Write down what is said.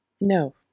No